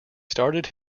started